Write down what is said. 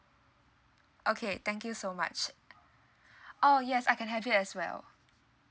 okay thank you so much oh yes I can have it as well